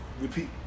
repeat